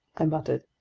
i muttered.